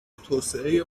توسعه